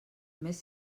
més